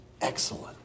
excellent